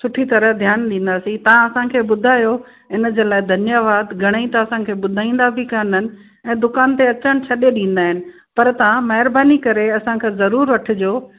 सुठी तरहि ध्यानु ॾींदासीं तव्हां असांखे ॿुधायो इन जे लाइ धन्यवाद घणे ई त असांखे ॿुधाईंदा बि कोन आहिनि ऐं दुकान ते अचणु छॾे ॾींदा आहिनि पर तव्हां महिरबानी करे असांखा ज़रूरु वठिजो